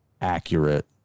accurate